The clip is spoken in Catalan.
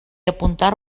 apuntar